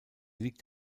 liegt